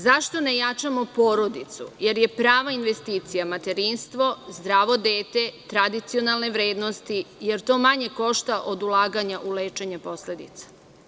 Zašto ne jačamo porodicu, jer je prava investicija materinstvo, zdravo dete, tradicionalne vrednosti, jer to manje košta od ulaganja u lečenje posledica.